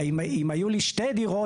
אם היו לי שתי דירות,